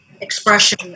expression